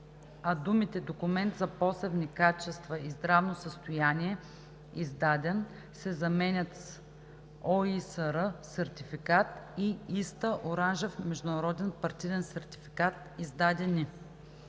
а думите „документ за посевни качества и здравно състояние, издаден“ се заменят с „ОИСР сертификат и ISTA оранжев международен партиден сертификат, издадени“.